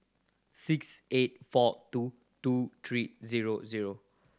six eight four two two three zero zero